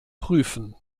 prüfen